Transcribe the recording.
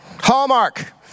Hallmark